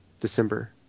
December